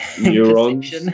neurons